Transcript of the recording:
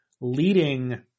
leading